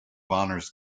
honors